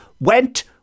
went